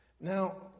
Now